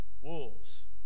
wolves